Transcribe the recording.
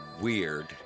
weird